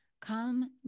Come